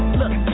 look